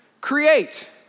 create